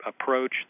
approach